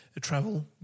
travel